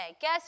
Guess